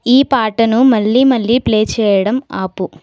ఈ పాటను మళ్ళీ మళ్ళీ ప్లే చెయ్యటం ఆపు